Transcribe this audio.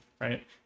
Right